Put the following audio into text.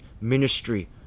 ministry